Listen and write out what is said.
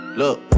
look